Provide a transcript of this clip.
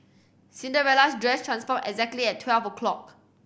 Cinderella's dress transformed exactly at twelve o'clock